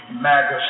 Magus